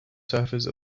surface